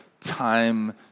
time